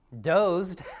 dozed